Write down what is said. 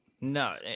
No